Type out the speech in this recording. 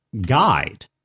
guide